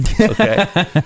Okay